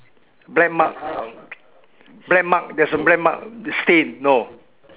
black mark black mark there is a black mark stain no